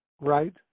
Right